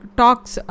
talks